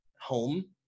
home